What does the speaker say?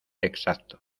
exacto